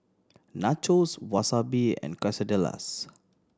Nachos Wasabi and Quesadillas